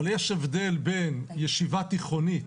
אבל יש הבדל ישיבה תיכונית